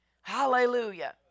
Hallelujah